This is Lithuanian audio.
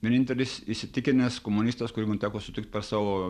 vienintelis įsitikinęs komunistas kurį man teko sutikt per savo